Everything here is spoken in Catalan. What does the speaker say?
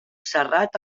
serrat